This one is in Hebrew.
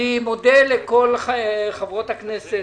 אני מודה לכל חברות הכנסת